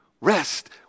rest